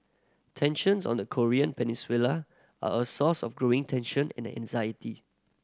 tensions on the Korean Peninsula are a source of growing tension and anxiety